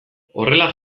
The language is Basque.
horrela